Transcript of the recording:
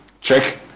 check